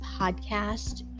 podcast